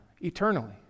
eternally